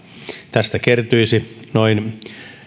tästä kertyisi noin